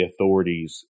authorities